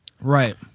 Right